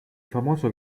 famoso